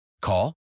Call